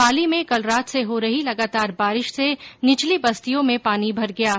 पाली में कल रात से हो रही लगातार बारिश से निचली बस्तियों में पानी भर गया है